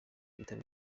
ibitaro